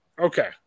Okay